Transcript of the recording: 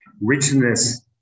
Richness